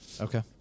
Okay